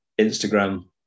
Instagram